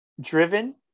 driven